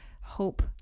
hope